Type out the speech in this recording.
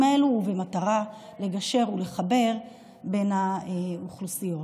האלו ובמטרה לגשר ולחבר בין האוכלוסיות.